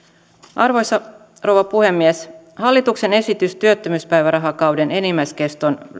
arvoisa rouva puhemies hallituksen esitys työttömyyspäivärahakauden enimmäiskeston